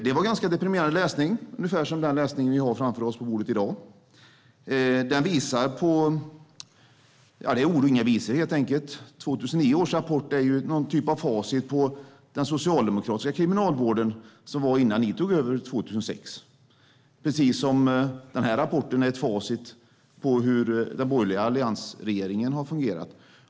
Det var ganska deprimerande läsning, ungefär som den läsning vi har framför oss på bordet i dag. Det är ord och inga visor, helt enkelt. År 2009 års rapport är någon typ av facit på den socialdemokratiska kriminalvården som var innan ni tog över 2006. Den här rapporten är ett facit på hur den borgerliga alliansregeringen har fungerat.